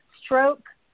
stroke